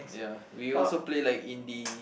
ya we also play like indie